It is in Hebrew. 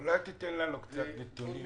אולי תיתן לנו קצת נתונים